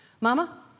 Mama